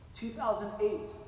2008